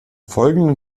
folgenden